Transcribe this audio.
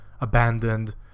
abandoned